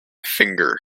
finger